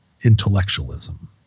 intellectualism